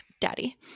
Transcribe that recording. Daddy